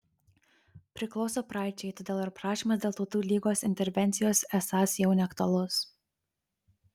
priklauso praeičiai todėl ir prašymas dėl tautų lygos intervencijos esąs jau neaktualus